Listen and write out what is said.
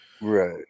Right